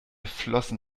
flossen